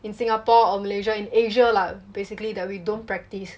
in singapore or malaysia in asia lah basically that we don't practice